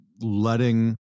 letting